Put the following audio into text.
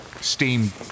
Steam